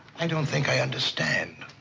i don't think i understand.